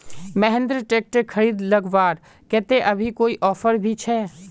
Mahindra tractor खरीद लगवार केते अभी कोई ऑफर भी छे?